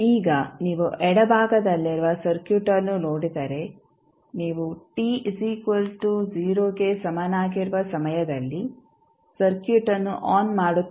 ಈಗ ನೀವು ಎಡಭಾಗದಲ್ಲಿರುವ ಸರ್ಕ್ಯೂಟ್ಅನ್ನು ನೋಡಿದರೆ ನೀವು t 0ಗೆ ಸಮನಾಗಿರುವ ಸಮಯದಲ್ಲಿ ಸರ್ಕ್ಯೂಟ್ ಅನ್ನು ಆನ್ ಮಾಡುತ್ತೀರಿ